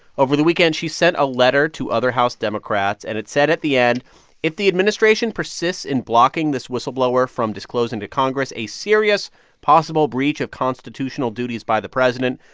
over the weekend, she sent a letter to other house democrats? and it said at the end if the administration persists in blocking this whistleblower from disclosing to congress a serious possible breach of constitutional duties by the president,